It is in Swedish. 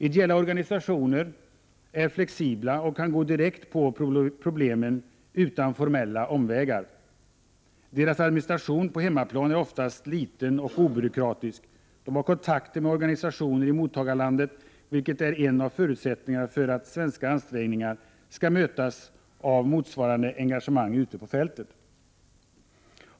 Ideella organisationer är flexibla och kan gå direkt på problemen utan formella omvägar. Deras administration på hemmaplan är oftast liten och obyråkratisk. De har kontakter med organisationer i mottagarlandet, vilket är en av förutsättningarna för att svenska ansträngningar skall mötas av motsvarande engagemang ute på fältet.